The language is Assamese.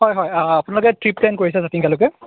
হয় হয় আপোনালোকে ট্ৰিপ প্লেন কৰিছে জাতিংগালৈকে